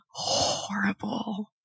horrible